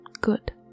good